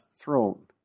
throne